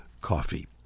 coffee